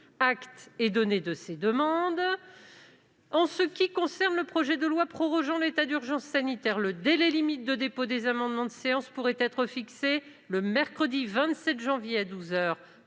Acte est donné de ces demandes. En ce qui concerne le projet de loi prorogeant l'état d'urgence sanitaire, le délai limite de dépôt des amendements de séance pourrait être fixé le mercredi 27 janvier à